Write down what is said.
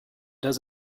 does